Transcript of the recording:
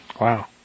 Wow